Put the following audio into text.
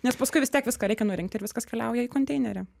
nes paskui vis tiek viską reikia nurinkti ir viskas keliauja į konteinerį